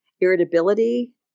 irritability